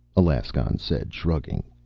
alaskon said, shrugging.